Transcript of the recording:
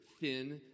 thin